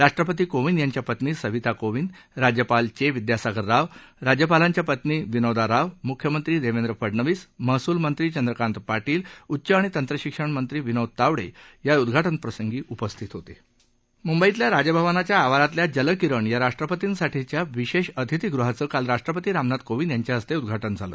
राष्ट्रपती कोविंद यांच्या पत्नी सविता कोविंद राज्यपाल चा विद्यासागर राव राज्यपालांच्या पत्नी विनोदा राव मुख्यमंत्री दक्के फडनवीस महसूल मंत्री चंद्रकांत पाटील उच्च आणि तंत्र शिक्षण मंत्री विनोद तावड्या उद्घाटनप्रसंगी उपस्थित होता मुंबईतल्या राजभवनाच्या आवारातल्या जल किरण या राष्ट्रपतींसाठीच्या विशा अतिथीगृहाचं काल राष्ट्रपती रामनाथ कोविंद यांच्या हस्तउिद्वाटन झालं